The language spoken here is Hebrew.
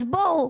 אז בואו,